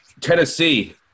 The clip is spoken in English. Tennessee